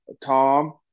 Tom